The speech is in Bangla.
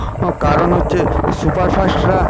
কারণ হচ্ছে সুপারফাস্টরা